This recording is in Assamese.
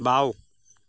বাওঁ